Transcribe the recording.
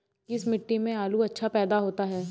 किस मिट्टी में आलू अच्छा पैदा होता है?